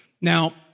Now